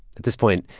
at this point,